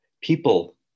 People